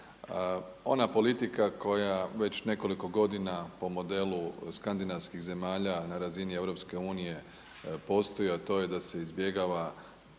Ona politika koja već nekoliko godina po modelu skandinavskih zemalja na razini EU postoji, a to je da se izbjegava